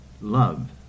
love